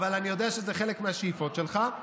אבל אני יודע שזה חלק מהשאיפות שלך.